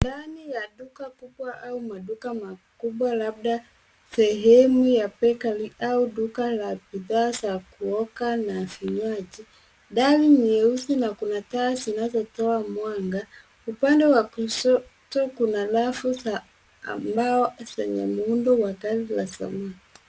Ndani ya duka kubwa au maduka makubwa labda sehemu ya bakery au duka la bidhaa za kuoka na vinywaji dari nyeusi na kuna taa zinazo toa mwanga. Upande wa kushoto kuna rafu za mbao zenye wa muundo wa gari la zamani.